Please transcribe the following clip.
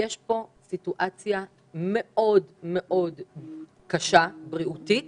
יש פה סיטואציה מאוד מאוד קשה בריאותית